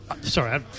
Sorry